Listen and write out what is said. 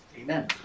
Amen